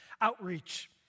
Outreach